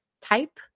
type